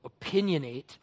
opinionate